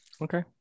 Okay